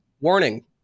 Warning